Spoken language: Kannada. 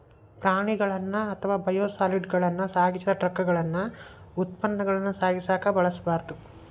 ಪ್ರಾಣಿಗಳನ್ನ ಅಥವಾ ಬಯೋಸಾಲಿಡ್ಗಳನ್ನ ಸಾಗಿಸಿದ ಟ್ರಕಗಳನ್ನ ಉತ್ಪನ್ನಗಳನ್ನ ಸಾಗಿಸಕ ಬಳಸಬಾರ್ದು